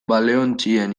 baleontzien